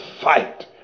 fight